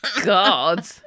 God